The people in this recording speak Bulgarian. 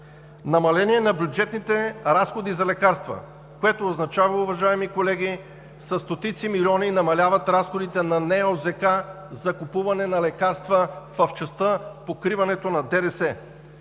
намаление на бюджетните разходи за лекарства, което означава, уважаеми колеги, че със стотици милиони намаляват разходите на НЗОК за купуване на лекарства в частта „Покриването на ДДС“.